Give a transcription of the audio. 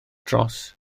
dros